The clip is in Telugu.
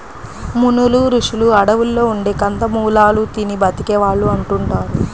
మునులు, రుషులు అడువుల్లో ఉండే కందమూలాలు తిని బతికే వాళ్ళు అంటుంటారు